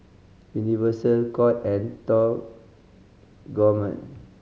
Universal Court and Top Gourmet